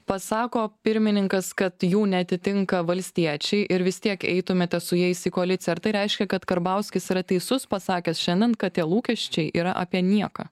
pasako pirmininkas kad jų neatitinka valstiečiai ir vis tiek eitumėte su jais į koaliciją ar tai reiškia kad karbauskis yra teisus pasakęs šiandien kad tie lūkesčiai yra apie nieką